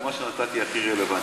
הדוגמה שנתתי הכי רלוונטית,